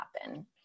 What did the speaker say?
happen